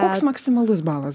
koks maksimalus balas